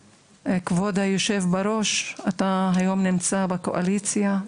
אדוני, נמצא היום בקואליציה,